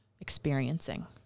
experiencing